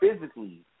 physically